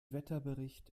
wetterbericht